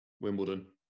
Wimbledon